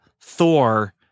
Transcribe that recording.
Thor